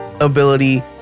ability